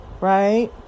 right